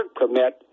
permit